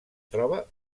troba